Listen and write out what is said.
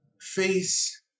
face